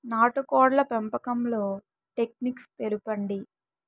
నాటుకోడ్ల పెంపకంలో టెక్నిక్స్ తెలుపండి?